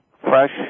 fresh